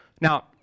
Now